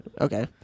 Okay